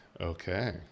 Okay